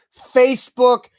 Facebook